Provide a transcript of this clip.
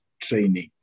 training